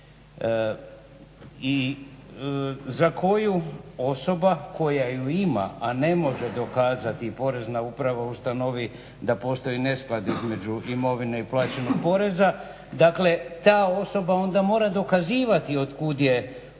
I za koju osoba koja ju ima a ne može dokazati Porezna uprava ustanovi da postoji nesklad između imovine i plaćenog poreza dakle ta osoba mora onda dokazivati od kud je došla